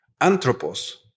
Anthropos